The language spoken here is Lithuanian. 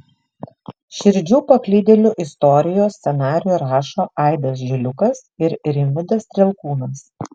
širdžių paklydėlių istorijos scenarijų rašo aidas žiliukas ir rimvydas strielkūnas